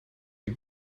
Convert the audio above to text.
die